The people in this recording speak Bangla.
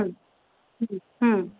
হুম হুম হুম